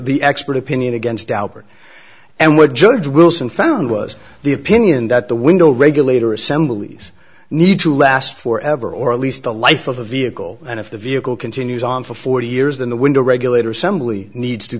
the expert opinion against albert and would judge wilson found was the opinion that the window regulator assemblies need to last for ever or at least the life of the vehicle and if the vehicle continues on for forty years then the window regulator assembly needs to